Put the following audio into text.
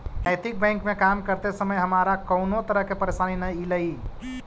नैतिक बैंक में काम करते समय हमारा कउनो तरह के परेशानी न ईलई